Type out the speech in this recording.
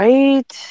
Right